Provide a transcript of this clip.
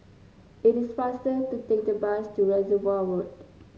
it is faster to take the bus to Reservoir Road